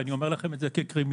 ואני אומר לכם את זה כקרימינולוג.